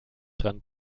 dran